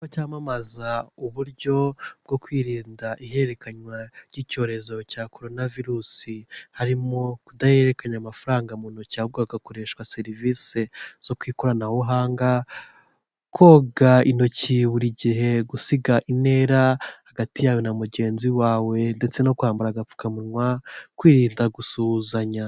Icyapa cyamamaza uburyo bwo kwirinda ihererekanywa ry'icyorezo cya Korona virusi, harimo kudahererekanya amafaranga mu ntoki ahubwo hagakoreshwa serivisi zo ku ikoranabuhanga, koga intoki buri gihe, gusiga intera hagati yawe na mugenzi wawe ndetse no kwambara agapfukamunwa, kwirinda gusuhuzanya.